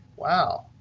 wow.